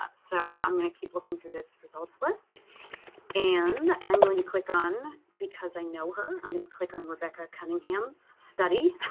ah so i'm going to keep looking through this results list and i'm going to click on, because i know her, i'm going to click on rebecca cunningham's study